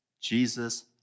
Jesus